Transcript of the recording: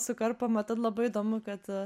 sukarpoma tad labai įdomu kad